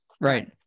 Right